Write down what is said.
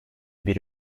bir